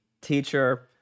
teacher